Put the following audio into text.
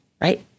right